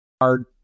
hard